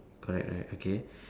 correct correct okay